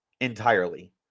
entirely